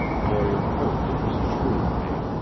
lawyer coadley was a shrewd man,